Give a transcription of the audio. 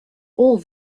all